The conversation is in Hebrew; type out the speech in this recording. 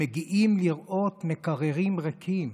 שמגיעים לראות מקררים ריקים.